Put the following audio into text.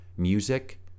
music